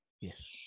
Yes